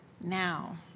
now